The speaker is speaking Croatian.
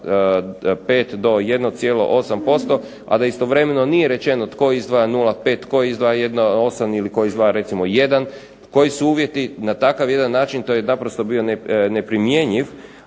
0,5 do 1,8% a da istovremeno nije rečeno tko izdvaja 0,5, tko izdvaja 1,8 ili tko izdvaja recimo 1, koji su uvjeti. Na takav jedan način to je naprosto bio neprimjenjiva